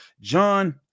John